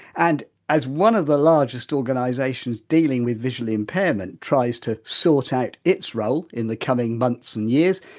and as one of the largest organisations dealing with visually impairment tries to sort out its role in the coming months and years,